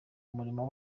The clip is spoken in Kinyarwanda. umurimo